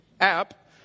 app